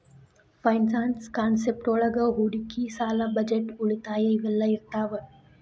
finance concept ಒಳಗ ಹೂಡಿಕಿ ಸಾಲ ಬಜೆಟ್ ಉಳಿತಾಯ ಇವೆಲ್ಲ ಇರ್ತಾವ